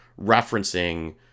referencing